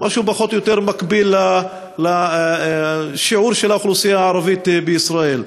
משהו פחות או יותר מקביל לשיעור של האוכלוסייה הערבית בישראל.